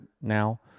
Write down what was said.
now